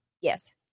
Yes